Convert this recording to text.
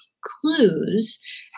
clues